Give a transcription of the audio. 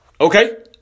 Okay